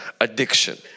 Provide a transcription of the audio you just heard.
addiction